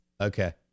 Okay